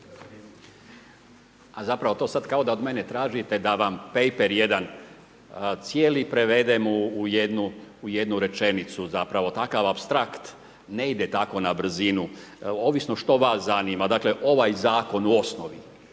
A zapravo to sada kao da od mene tražite da vam paper jedan cijeli prevedem u jednu rečenicu. Takav apstrakt ne ide tako na brzinu. Ovisno što vas zanima. Dakle, ovaj zakon u osnovi